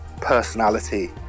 personality